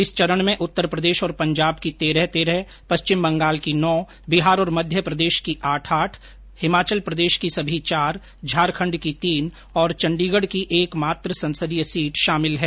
इस चरण में उत्तर प्रदेश और पंजाब की तेरह तेरह पश्चिम बंगाल की नौ बिहार और मध्य प्रदेश की आठ आठ हिमाचल प्रदेश की सभी चार झारखंड की तीन और चंडीगढ़ की एकमात्र संसदीय सीट शामिल है